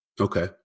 Okay